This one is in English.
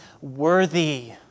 worthy